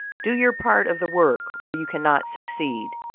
do your part of the work, or you cannot succeed.